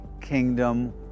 kingdom